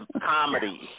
comedy